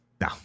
no